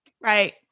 Right